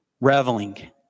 reveling